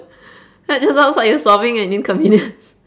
that just sounds like you're solving an inconvenience